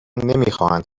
نمیخواهند